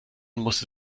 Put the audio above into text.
musste